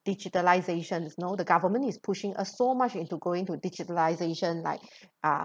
digitalisations you know the government is pushing us so much into going to digitalisation like uh